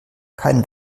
kein